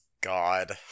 God